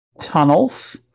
tunnels